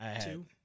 Two